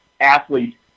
athlete